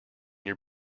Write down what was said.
your